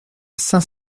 saint